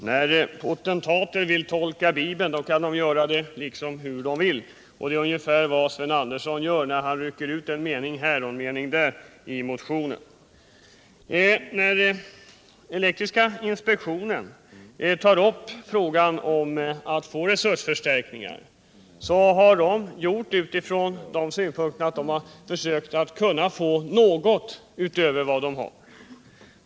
Herr talman! En viss potentat lär tolka Bibeln som det passar honom, och det är vad Sven Andersson i Örebro gör när han rycker ut en mening här och en mening där ur motionen. Den utgångspunkt som statens elektriska inspektion haft när den tagit upp frågan om resursförstärkningar har varit att få åtminstone något utöver vad den nu har.